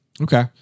Okay